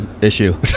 issue